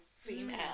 female